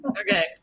Okay